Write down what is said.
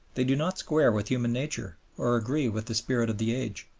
they do not square with human nature or agree with the spirit of the age.